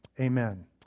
amen